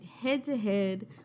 head-to-head